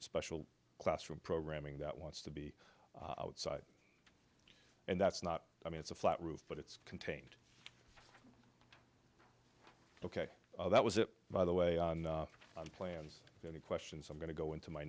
special classroom programming that wants to be outside and that's not i mean it's a flat roof but it's contained ok that was it by the way plans any questions i'm going to go into my